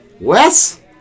Wes